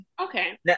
Okay